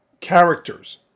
characters